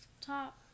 top